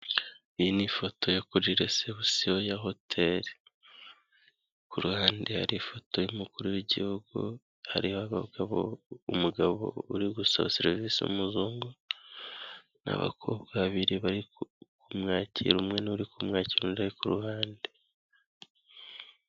Iyi ni ifoto yo kuri resebusiyo ya hoteri. Ku ruhande hari ifoto y'umukuru w'igihugu, hariho umugabo uri gusaba serivisi umuzungu, n'abakobwa babiri bari kumwakira umwe ni we uri kumwakira undi ari ku ruhande.